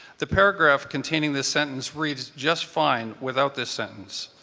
the paragraph containing the sentence reads just fine without this sentence.